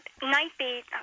Nightbeat